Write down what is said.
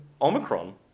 Omicron